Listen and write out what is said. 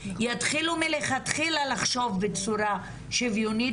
יתחילו מלכתחילה לחשוב בצורה שוויונית